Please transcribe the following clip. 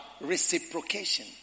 reciprocation